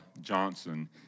Johnson